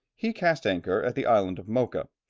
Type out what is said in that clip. he cast anchor at the island of mocha,